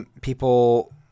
people